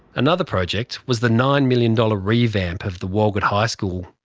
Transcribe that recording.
another project was the nine million dollars revamp of the walgett high school.